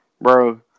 Bro